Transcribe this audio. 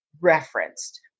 referenced